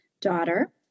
daughter